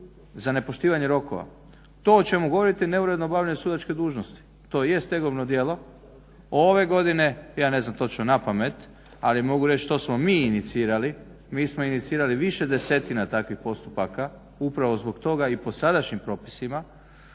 za nepoštivanje rokova. To o čemu govorite je neuredno obavljanje sudačke dužnosti. To je stegovno djelo. Ove godine, ja ne znam točno na pamet, ali mogu reći što smo mi inicirali. Mi smo inicirali više desetina takvih postupaka upravo zbog toga i po sadašnjim propisima.